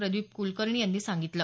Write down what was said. प्रदीप कूलकर्णी यांनी सांगितलं